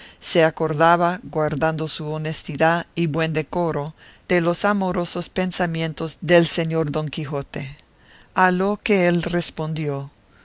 se acordaba guardando su honestidad y buen decoro de los amorosos pensamientos del señor don quijote a lo que él respondió